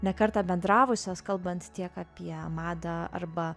ne kartą bendravusios kalbant tiek apie madą arba